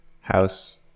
house